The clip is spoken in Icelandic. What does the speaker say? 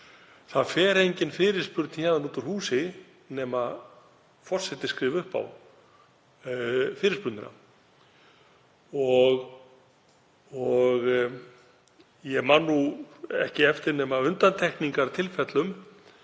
það fer engin fyrirspurn héðan út úr húsi nema forseti skrifi upp á fyrirspurnina. Ég man nú ekki eftir nema undantekningartilfellum